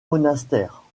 monastère